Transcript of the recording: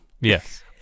Yes